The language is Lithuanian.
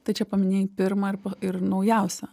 tai čia paminėjai pirmą ir pa ir naujausią